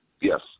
Yes